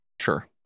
Sure